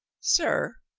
sir,